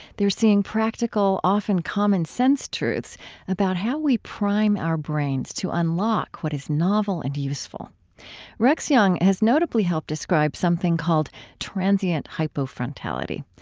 they're seeing practical, often common-sense truths about how we prime our brains to unlock what is novel and useful rex jung has notably helped describe something called transient hypofrontality.